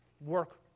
work